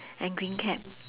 and green cap